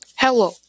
Hello